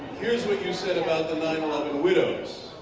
here's what you said about the nine eleven widows